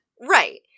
Right